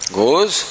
goes